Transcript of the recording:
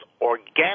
organic